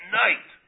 night